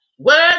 Words